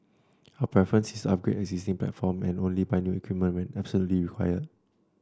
our preference is to upgrade existing platforms and only buy new equipment when absolutely required